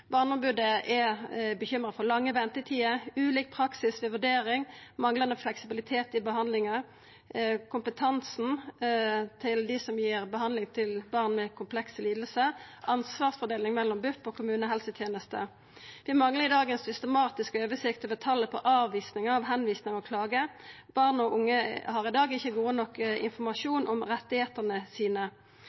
Barneombodet er bekymra for lange ventetider, ulik praksis ved vurdering, manglande fleksibilitet i behandlingane, kompetansen til dei som gir behandling til barn med komplekse lidingar, og ansvarsfordelinga mellom BUP og kommunehelsetenesta. Vi manglar i dag ei systematisk oversikt over talet på avvisingar, tilvisingar og klager. Barn og unge har i dag ikkje god nok informasjon om rettane sine.